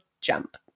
jump